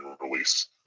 release